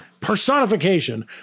Personification